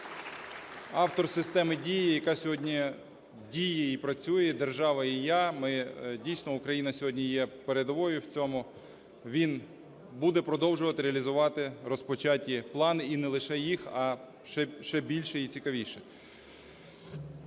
Автор системи "Дія", яка сьогодні діє і працює – "Держава і я". Ми дійсно, Україна сьогодні є передовою в цьому, він буде продовжувати реалізувати розпочаті плани і не лише їх, а ще більші і цікавіші.